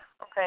okay